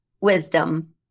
wisdom